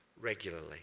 regularly